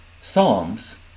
Psalms